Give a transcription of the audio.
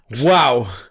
Wow